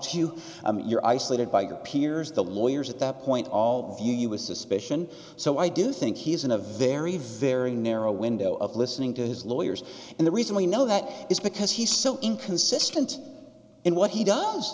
you you're isolated by your peers the lawyers at that point all view you with suspicion so i do think he's in a very very narrow window of listening to his lawyers and the reason we know that is because he's so inconsistent in what he does